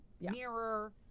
mirror